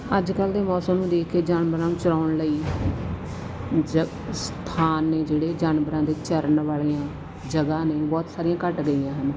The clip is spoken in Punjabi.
ਅੱਜ ਕੱਲ੍ਹ ਦੇ ਮੌਸਮ ਨੂੰ ਦੇਖ ਕੇ ਜਾਨਵਰਾਂ ਨੂੰ ਚਰਾਉਣ ਲਈ ਜ ਸਥਾਨ ਨੇ ਜਿਹੜੇ ਜਾਨਵਰਾਂ ਦੇ ਚਰਨ ਵਾਲੀਆਂ ਜਗ੍ਹਾ ਨੇ ਬਹੁਤ ਸਾਰੀਆਂ ਘੱਟ ਗਈਆਂ ਹਨ